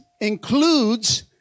includes